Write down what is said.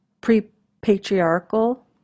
pre-patriarchal